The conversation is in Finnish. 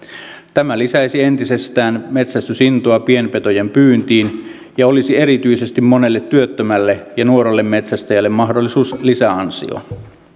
tämä lisäisi entisestään metsästysintoa pienpetojen pyyntiin ja olisi erityisesti monelle työttömälle ja nuorelle metsästäjälle mahdollisuus lisäansioon